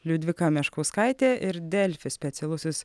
liudvika meškauskaitė ir delfi specialusis